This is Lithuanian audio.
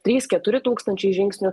trys keturi tūkstančiai žingsnių